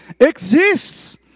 exists